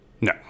No